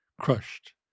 crushed